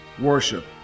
worship